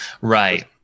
Right